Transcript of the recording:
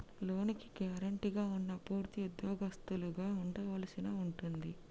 లోనుకి గ్యారెంటీగా ఉన్నా పూర్తి ఉద్యోగస్తులుగా ఉండవలసి ఉంటుంది